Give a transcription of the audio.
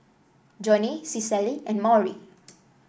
Joni Cicely and Maury